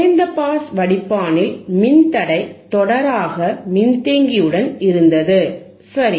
குறைந்த பாஸ் வடிப்பானில் மின்தடை தொடராக மின்தேக்கிஉடன் இருந்தது சரி